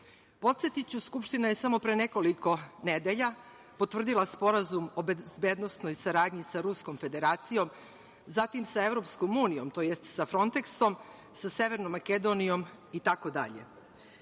sveta. Podsetiću, Skupština je samo pre nekoliko nedelja potvrdila Sporazum o bezbednosnoj saradnji sa Ruskom Federacijom, zatim sa Evropskom unijom, tj. sa Fronteksom, sa Severnom Makedonijom itd.